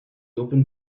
opened